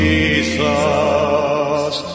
Jesus